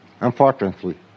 Unfortunately